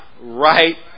Right